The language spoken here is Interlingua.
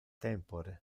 tempore